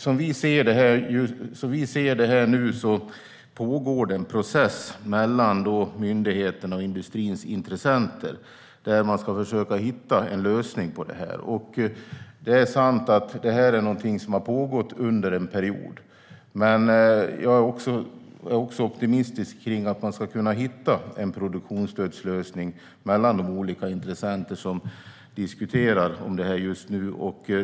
Som vi ser det pågår det nu en process mellan myndigheterna och industrins intressenter där man ska försöka hitta en lösning. Det är sant att det är någonting som har pågått under en period. Jag är optimistisk om att man ska kunna hitta en produktionsstödslösning mellan de olika intressenter som diskuterar detta just nu.